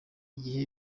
igihe